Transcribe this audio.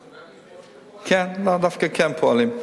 כן, דווקא כן פועלים.